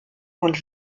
und